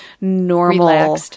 normal